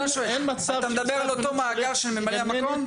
אתה מדבר על אותו מאגר של ממלאי המקום?